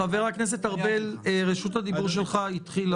חבר הכנסת, רשות הדיבור שלך התחילה.